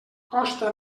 costa